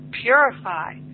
purify